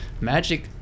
Magic